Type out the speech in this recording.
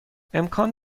امکان